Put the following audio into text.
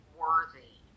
worthy